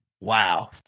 Wow